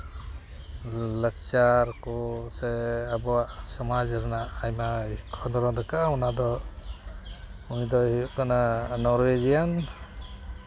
ᱞᱟᱠᱪᱟᱨ ᱠᱚᱥᱮ ᱟᱵᱚᱣᱟᱜ ᱥᱚᱢᱟᱡᱽ ᱨᱮᱱᱟᱜ ᱟᱭᱢᱟ ᱠᱷᱚᱸᱫᱽᱨᱚᱫ ᱟᱠᱟᱫ ᱚᱱᱟ ᱫᱚ ᱩᱱᱤ ᱫᱚᱭ ᱦᱩᱭᱩᱜ ᱠᱟᱱᱟ ᱱᱚᱨᱳᱭᱮᱡᱤᱭᱟᱢ